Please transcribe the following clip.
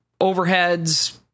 overheads